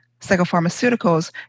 psychopharmaceuticals